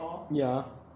ya